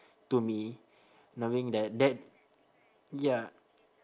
to me knowing that that ya